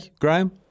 Graham